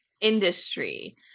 industry